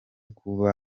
kuba